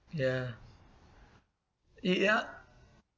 ya ya